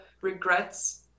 regrets